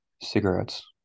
Cigarettes